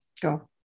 go